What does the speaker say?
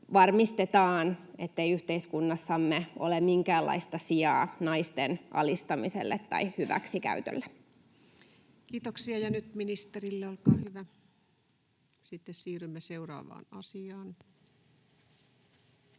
varmistetaan, ettei yhteiskunnassamme ole minkäänlaista sijaa naisten alistamiselle tai hyväksikäytölle. Kiitoksia. — Ja nyt ministerille, olkaa hyvä. Sitten siirrymme seuraavaan asiaan.